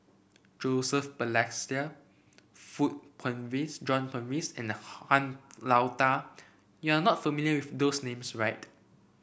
Joseph Balestier John Purvis and Han Lao Da you are not familiar with those names right